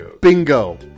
Bingo